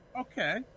Okay